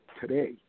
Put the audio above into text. today